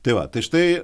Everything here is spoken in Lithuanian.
tai va tai štai